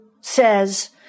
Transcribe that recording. says